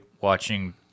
watching